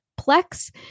Plex